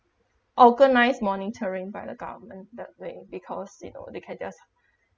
organise monitoring by the government that way because you know they can just